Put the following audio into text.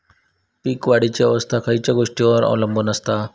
पीक वाढीची अवस्था खयच्या गोष्टींवर अवलंबून असता?